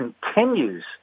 continues